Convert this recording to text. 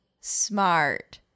Smart